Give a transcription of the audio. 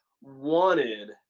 wanted